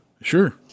Sure